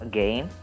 Again